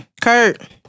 Kurt